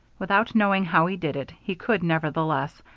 without knowing how he did it, he could, nevertheless,